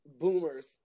boomers